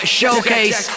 showcase